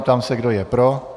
Ptám se, kdo je pro?